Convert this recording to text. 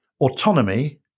autonomy